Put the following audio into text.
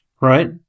Right